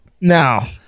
Now